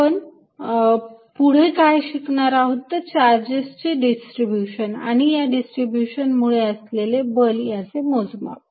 आपण पुढे काय शिकणार आहोत तर चार्जेस चे डिस्ट्रीब्यूशन आणि ह्या डिस्ट्रीब्यूशन मुळे असलेले बल याचे मोजमाप